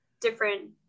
different